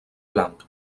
blanc